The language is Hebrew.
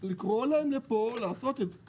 לקרוא להם לפה לעשות את זה